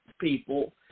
people